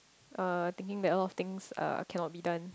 um thinking that a lot of things uh cannot be done